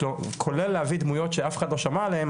כולל להביא דמויות שאף אחד לא שמע עליהם,